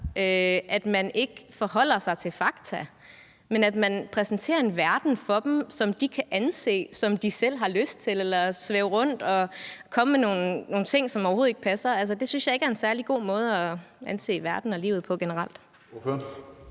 at man ikke forholder sig til fakta, men at man præsenterer en verden for dem, som de kan anse, som de selv har lyst til, eller man kan svæve rundt og komme med nogle ting, som overhovedet ikke passer? Det synes jeg ikke er en særlig god måde at anse verden og livet generelt